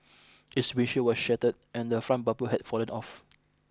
its windshield was shattered and the front bumper had fallen off